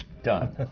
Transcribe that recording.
done.